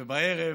ובערב,